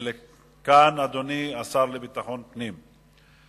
ולכן, אדוני השר לביטחון הפנים,